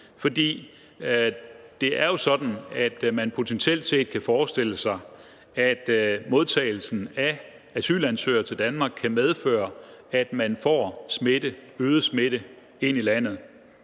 For det er jo sådan, at man kan forestille sig det potentielle, at modtagelsen af asylansøgere i Danmark kan medføre, at man får øget smitte ind i landet;